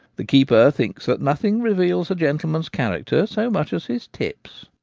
the keeper thinks that nothing reveals a gentle man's character so much as his tips